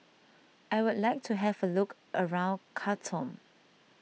I would like to have a look around Khartoum